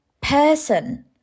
person